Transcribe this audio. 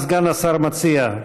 מה סגן השר מציע,